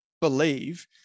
believe